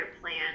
plan